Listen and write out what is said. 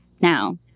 Now